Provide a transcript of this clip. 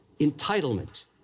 entitlement